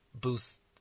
boost